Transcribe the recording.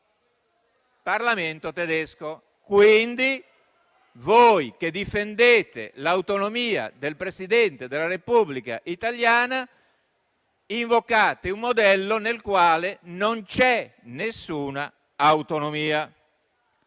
Parlamento tedesco. Quindi, voi, che difendete l'autonomia del Presidente della Repubblica italiana, invocate un modello nel quale non c'è alcuna autonomia.